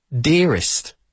dearest